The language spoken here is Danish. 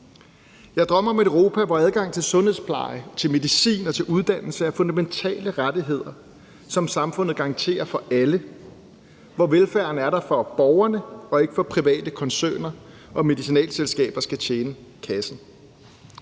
Jeg drømmer om et Europa, hvor adgangen til sundhedspleje, til medicin og til uddannelse er fundamentale rettigheder, som samfundet garanterer for alle, hvor velfærden er der for borgerne og ikke for private koncerner og medicinalselskaber, der skal tjene kassen.